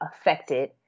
affected